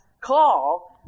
call